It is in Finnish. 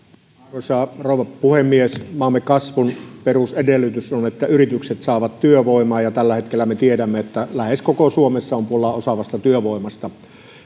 arvoisa rouva puhemies maamme kasvun perusedellytys on että yritykset saavat työvoimaa ja tällä hetkellä me tiedämme että lähes koko suomessa on pula osaavasta työvoimasta